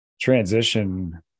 transition